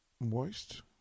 Moist